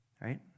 Right